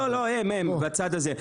לא, הם הם בצד הזה.